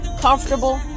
comfortable